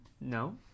No